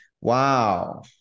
wow